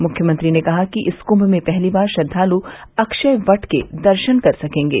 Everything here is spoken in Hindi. मुख्यमंत्री ने कहा कि इस कुम्म में पहली बार श्रद्वालु अक्षय वट के दर्शन कर सकेंगे